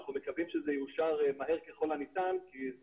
אנחנו מקווים שזה יאושר מהר ככול הניתן כי זה